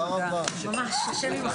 הישיבה